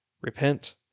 Repent